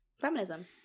Feminism